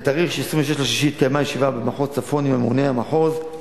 ב-26 ביוני התקיימה ישיבה במחוז צפון עם הממונה על המחוז,